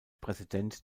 präsident